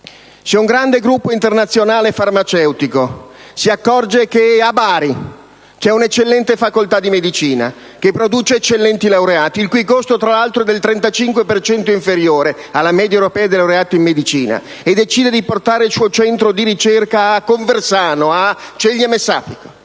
Se un grande gruppo internazionale farmaceutico si accorge che a Bari c'è un'eccellente facoltà di medicina che produce eccellenti laureati il cui costo, tra l'altro, è del 35 per cento inferiore alla media europea dei laureati in medicina, e decide di portare il suo centro di ricerca a Conversano, o a Ceglie Messapica,